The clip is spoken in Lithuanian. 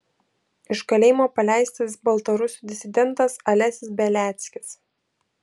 iš kalėjimo paleistas baltarusių disidentas alesis beliackis